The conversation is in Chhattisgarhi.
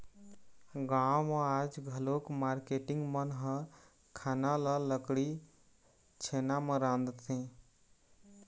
गाँव म आज घलोक मारकेटिंग मन ह खाना ल लकड़ी, छेना म रांधथे